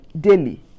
daily